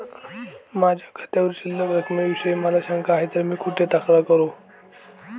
माझ्या खात्यावरील शिल्लक रकमेविषयी मला शंका आहे तर मी कुठे तक्रार करू?